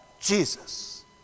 Jesus